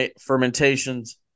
fermentations